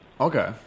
Okay